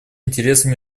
интересам